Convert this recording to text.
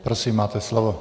Prosím, máte slovo.